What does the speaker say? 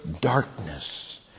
darkness